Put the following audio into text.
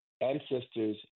ancestors